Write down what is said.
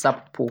sappo.